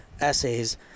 essays